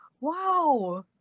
wow